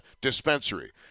dispensary